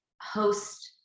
host